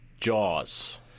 Jaws